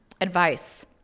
advice